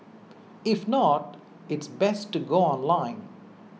if not it's best to go online